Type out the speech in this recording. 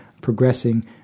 progressing